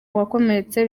wakomeretse